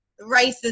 racist